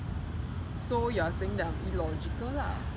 so you are saying that I'm illogical lah